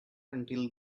until